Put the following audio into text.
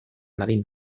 dadin